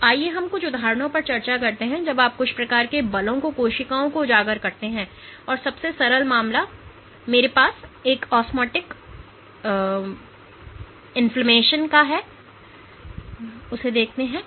तो आइए हम कुछ उदाहरणों पर चर्चा करते हैं जब आप कुछ प्रकार के बलों को कोशिकाओं को उजागर करते हैं और सबसे सरल मामला मेरे पास ऑस्मोटिक सूजन का मामला है